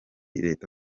leta